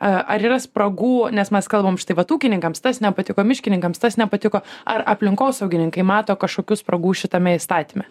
ar yra spragų nes mes kalbam štai vat ūkininkams tas nepatiko miškininkams tas nepatiko ar aplinkosaugininkai mato kažkokių spragų šitame įstatyme